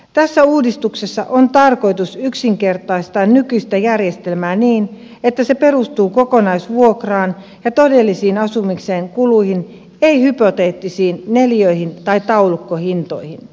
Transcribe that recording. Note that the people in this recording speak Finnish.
tässä uudistuksessa on tarkoitus yksinkertaistaa nykyistä järjestelmää niin että se perustuu kokonaisvuokraan ja todellisiin asumisen kuluihin ei hypoteettisiin neliöihin tai taulukkohintoihin